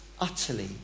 utterly